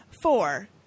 Four